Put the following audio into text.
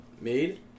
made